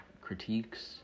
critiques